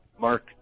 Mark